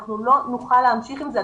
אנחנו לא נוכל המשיך עם זה.